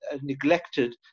neglected